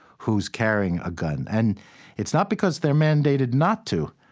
who is carrying a gun. and it's not because they are mandated not to.